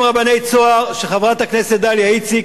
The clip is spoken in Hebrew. גם רבני "צהר" כשחברת הכנסת דליה איציק,